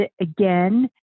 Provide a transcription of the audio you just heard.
again